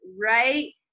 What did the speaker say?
right